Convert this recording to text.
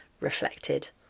reflected